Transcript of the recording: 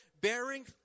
bearing